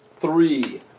Three